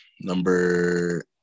Number